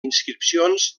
inscripcions